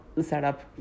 setup